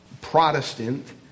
Protestant